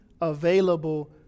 available